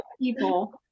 people